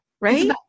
right